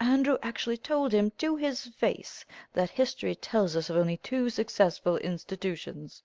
andrew actually told him to his face that history tells us of only two successful institutions